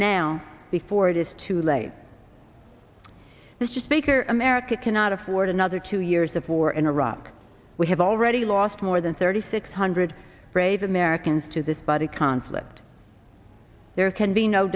now before it is too late mr speaker america cannot afford another two years of war in iraq we have already lost more than thirty six hundred brave americans to this body conflict there can be no